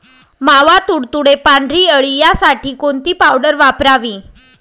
मावा, तुडतुडे, पांढरी अळी यासाठी कोणती पावडर वापरावी?